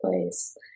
place